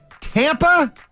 Tampa